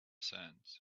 sands